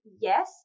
yes